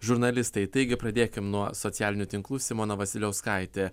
žurnalistai taigi pradėkim nuo socialinių tinklų simona vasiliauskaitė